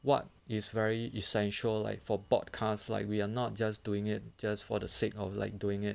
what is very essential like for broadcast like we're not just doing it just for the sake of like doing it